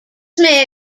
may